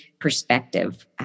perspective